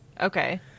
Okay